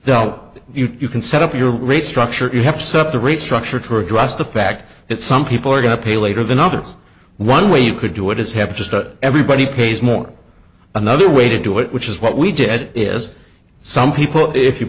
though you can set up your rate structure you have to suffer to restructure to address the fact that some people are going to pay later than others one way you could do it is have just everybody pays more another way to do it which is what we did is some people if you